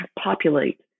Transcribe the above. populate